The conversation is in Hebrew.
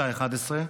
מהשעה 11:00,